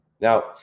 Now